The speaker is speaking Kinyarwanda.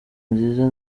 nziza